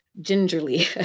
gingerly